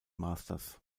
masters